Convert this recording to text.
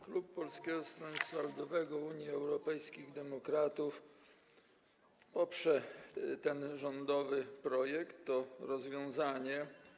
Klub Polskiego Stronnictwa Ludowego - Unii Europejskich Demokratów poprze ten rządowy projekt, to rozwiązanie.